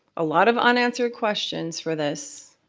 a lot of unanswered questions for this